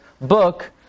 book